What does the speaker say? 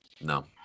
No